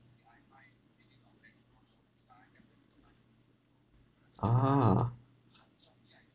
ah